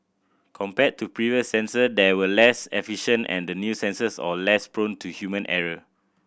compared to previous sensor that were less efficient and the new sensors are less prone to human error